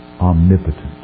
omnipotent